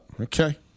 Okay